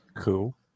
Cool